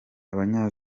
abanya